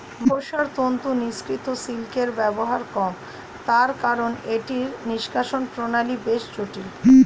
মাকড়সার তন্তু নিঃসৃত সিল্কের ব্যবহার কম, তার কারন এটির নিষ্কাশণ প্রণালী বেশ জটিল